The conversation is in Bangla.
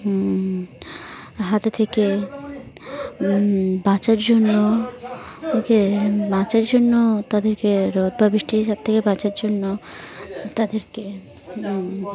হাতে থেকে বাঁচার জন্য ওকে বাঁচার জন্য তাদেরকে রোদ বা বৃষ্টির হাত থেকে বাঁচার জন্য তাদেরকে